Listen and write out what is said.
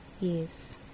yes